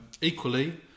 equally